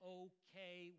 okay